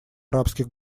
арабских